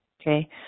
Okay